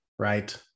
Right